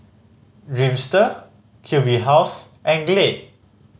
Dreamster Q B House and Glade